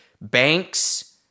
banks